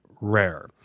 rare